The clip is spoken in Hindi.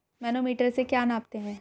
मैनोमीटर से क्या नापते हैं?